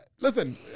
Listen